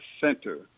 center